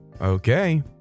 Okay